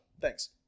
Thanks